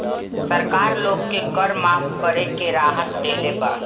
सरकार लोग के कर माफ़ करके राहत देले बा